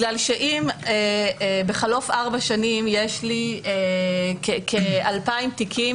אם בחלוף ארבע שנים יש לי כ-2,000 תיקים